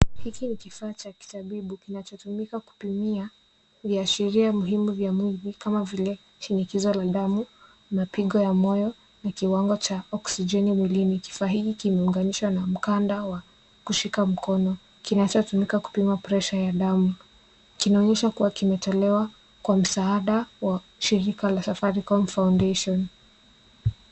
Hiki ni kifaa cha kitabibu kinachotumika kupimia viashiria muhimu kama vile shinikizo la damu, mapigo ya moyo na kiwango cha oksijeni mwilini. Kifaa hiki kimeunganishwa na mkanda wa kushika mkono kinachotumika kupima pressure ya damu. Kinaonyesha kuwa kimetolewa kwa msaada wa shirika la Safaricom Foundation.